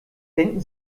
denken